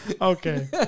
Okay